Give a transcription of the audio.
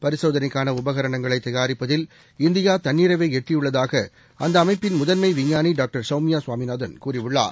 பரிசோதனைக்கானஉபகரணங்களைதயாரிப்பதில் இந்தியாதன்னிறைவை எட்டியுள்ளதாக அந்த அமைப்பின் முதன்மைவிஞ்ஞானிடாக்டர் சௌமியாசாமிநாதன் கூறியுள்ளார்